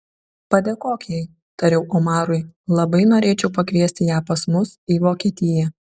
padėkok jai tariau omarui labai norėčiau pakviesti ją pas mus į vokietiją